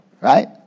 Right